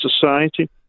society